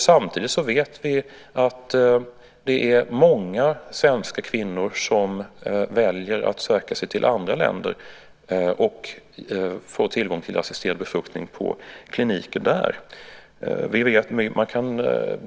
Samtidigt vet vi att det är många svenska kvinnor som väljer att söka sig till andra länder och få tillgång till assisterad befruktning på kliniker där.